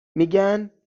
میگن